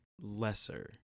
lesser